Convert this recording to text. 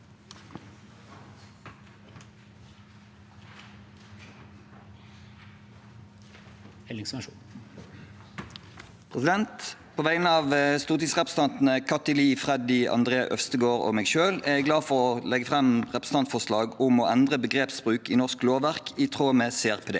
På vegne av stortingsrepresentantene Kathy Lie, Freddy André Øvstegaard og meg selv er jeg glad for å kunne legge fram et repsentantforslag om å endre begrepsbruk i norsk lovverk i tråd med CRPD.